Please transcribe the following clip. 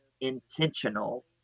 intentional